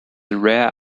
rare